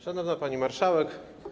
Szanowna Pani Marszałek!